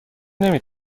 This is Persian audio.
نمی